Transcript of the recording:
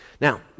Now